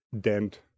dent